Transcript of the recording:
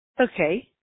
Okay